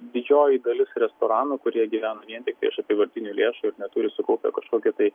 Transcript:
didžioji dalis restoranų kurie gyvena vien tiktai iš apyvartinių lėšų ir neturi sukaupę kažkokių tai